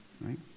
right